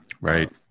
Right